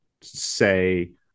say